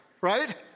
right